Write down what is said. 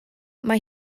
mae